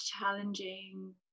challenging